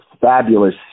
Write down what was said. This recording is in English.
fabulous